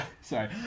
sorry